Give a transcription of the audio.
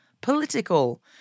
political